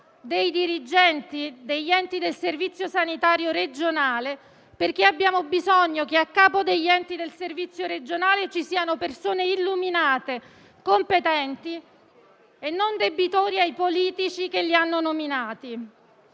dei dirigenti degli enti del servizio sanitario regionale, perché abbiamo bisogno che a capo degli enti di tale servizio ci siano persone illuminate, competenti e non debitrici ai politici che le hanno nominate.